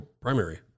primary